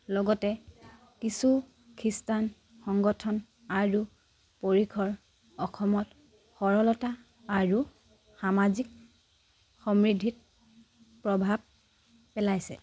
লগতে কিছু খ্ৰীষ্টান সংগঠন আৰু পৰিসৰ অসমত সৰলতা আৰু সামাজিক সমৃদ্ধিত প্ৰভাৱ পেলাইছে